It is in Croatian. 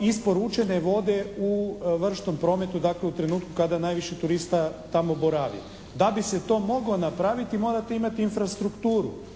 isporučene vode u vršnom prometu dakle u trenutku kada najviše turista tamo boravi. Da bi se to moglo napraviti morate imati infrastrukturu.